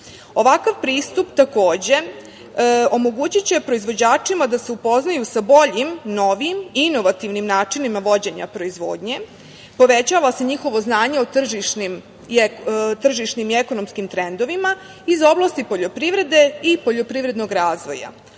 pristup, takođe, omogućiće proizvođačima da se upoznaju sa boljim, novim, inovativnim načinima vođenja proizvodnje. Povećava se njihovo znanje o tržišnim i ekonomskim trendovima iz oblasti poljoprivrede i poljoprivrednog razvoja.